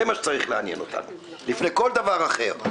זה מה שצריך לעניין אותנו לפני כל דבר אחר.